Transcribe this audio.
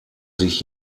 sich